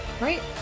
Right